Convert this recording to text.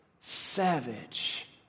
savage